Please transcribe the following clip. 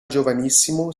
giovanissimo